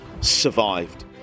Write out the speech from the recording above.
survived